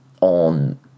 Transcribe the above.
on